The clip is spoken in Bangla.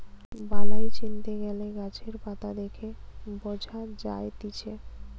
বালাই চিনতে গ্যালে গাছের পাতা দেখে বঝা যায়তিছে